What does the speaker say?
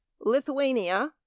Lithuania